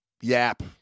Yap